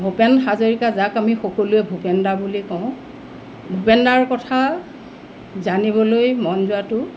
ভূপেন হাজৰিকা যাক আমি সকলোৱে ভূপেন্দা বুলি কওঁ ভূপেন্দাৰ কথা জানিবলৈ মন যোৱাটো